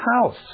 house